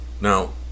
Now